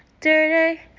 dirty